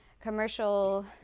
commercial